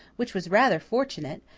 which was rather fortunate,